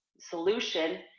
solution